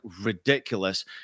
ridiculous